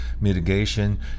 mitigation